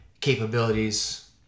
capabilities